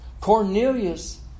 Cornelius